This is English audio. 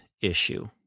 issue